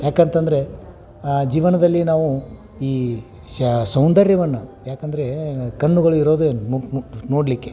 ಏಕಂತಂದ್ರೆ ಜೀವನದಲ್ಲಿ ನಾವು ಈ ಸೌಂದರ್ಯವನ್ನು ಯಾಕಂದ್ರೆ ಕಣ್ಣುಗಳು ಇರೋದೇ ನೋಡಲಿಕ್ಕೆ